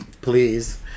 Please